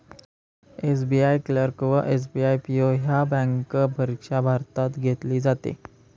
SBI clerk व SBI PO ह्या bank परीक्षा भारतात घेतली जाते